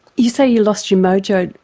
you say you lost your mojo,